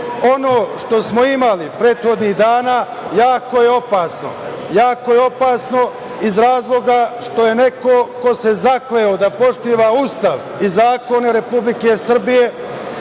što smo imali prethodnih dana jako je opasno. Jako je opasno iz razloga što je neko ko se zakleo da poštuje Ustav i zakone Republike Srbije,